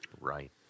Right